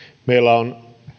on